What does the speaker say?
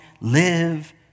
live